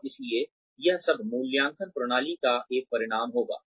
और इसलिए यह सब मूल्यांकन प्रणाली का एक परिणाम होगा